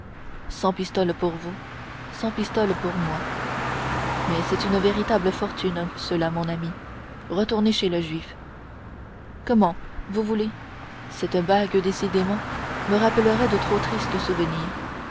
pistoles pour vous cent pistoles pour moi mais c'est une véritable fortune cela mon ami retournez chez le juif comment vous voulez cette bague décidément me rappellerait de trop tristes souvenirs